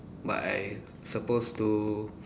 but I supposed to